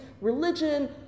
religion